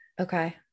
Okay